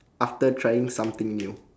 after trying something new